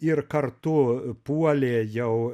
ir kartu puolė jau